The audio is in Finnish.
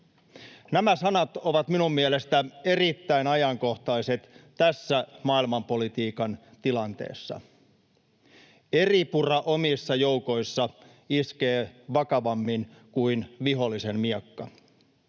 Nämä sanat ovat minun mielestäni erittäin ajankohtaiset tässä maailmanpolitiikan tilanteessa. ”Eripura omissa joukoissa iskee vakavammin kuin vihollisen miekka.”